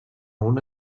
una